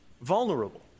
vulnerable